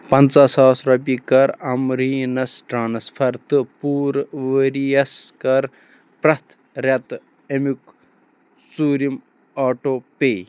پنٛژاہ ساس رۄپیہِ کَرعمبریٖنس ٹرٛانسفر تہٕ پوٗرٕ ؤرۍ یَس کَر پرٛیٚتھ ریٚتہٕ اَمیٛک ژوٗرِم آٹو پے